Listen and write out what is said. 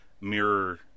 Mirror